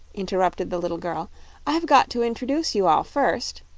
interrupted the little girl i've got to introduce you all, first.